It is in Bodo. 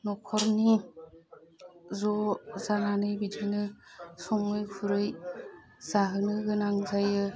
न'खरनि ज' जानानै बिदिनो सङै खुरै जाहोनो गोनां जायो